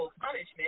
punishment